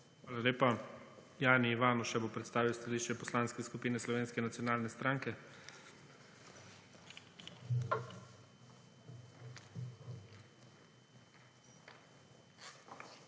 Hvala lepa. Jani Ivanuša bo predstavil stališče Poslanske skupine Slovenske nacionalne stranke.